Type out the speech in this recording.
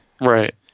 Right